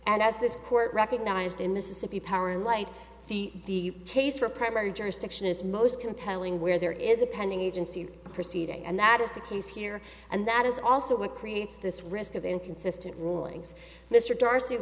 as this court recognized in mississippi power and light the case for primary jurisdiction is most compelling where there is a pending agency proceeding and that is the case here and that is also what creates this risk of inconsistent rulings mr darcy